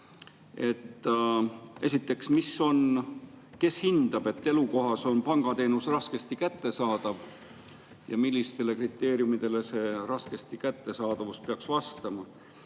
Esiteks, kes hindab, et elukohas on pangateenus raskesti kättesaadav ja millistele kriteeriumidele see raskesti kättesaadavus peaks vastama?